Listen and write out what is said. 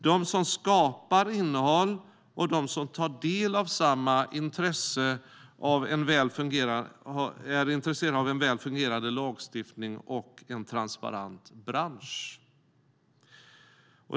De som skapar innehåll och de som tar del av det har samma intresse av en väl fungerande lagstiftning och en transparent bransch.